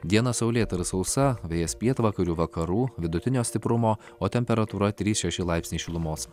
diena saulėta ir sausa vėjas pietvakarių vakarų vidutinio stiprumo o temperatūra trys šeši laipsniai šilumos